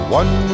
one